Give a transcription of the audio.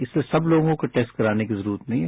इसलिए सब लोगों को टेस्ट कराने की जरूरत नहीं है